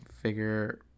figure